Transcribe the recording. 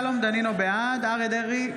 בעד אריה מכלוף דרעי,